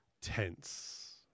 tense